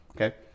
okay